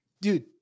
Dude